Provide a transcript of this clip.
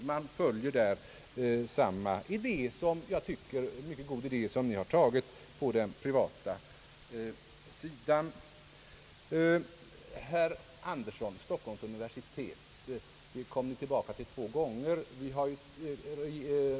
Man följer där samma goda idé som har tagits på den privata marknaden. Herr Axel Andersson kom två gånger tillbaka till talet om Stockholms universitet.